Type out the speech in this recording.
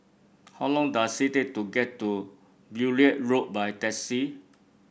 how long does it take to get to Beaulieu Road by taxi